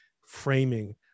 framing